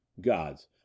Gods